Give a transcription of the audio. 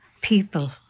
people